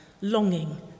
longing